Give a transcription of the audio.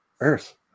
Earth